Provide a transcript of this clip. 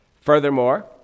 Furthermore